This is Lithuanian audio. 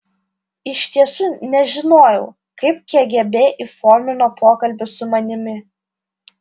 iš tiesų nežinojau kaip kgb įformino pokalbį su manimi